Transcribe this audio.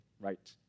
right